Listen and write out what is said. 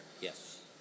Yes